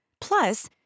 Plus